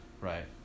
right